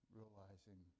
realizing